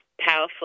powerful